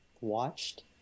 watched